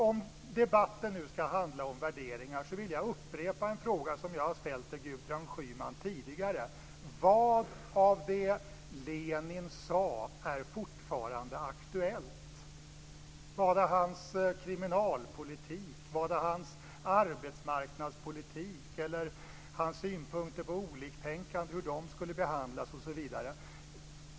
Om debatten nu skall handla om värderingar, vill jag upprepa en fråga som jag har ställt till Gudrun Schyman tidigare: Vad av det som Lenin sade är fortfarande aktuellt? Var det hans kriminalpolitik, var det hans arbetsmarknadspolitik eller hans synpunkter på hur de oliktänkande skulle behandlas osv.?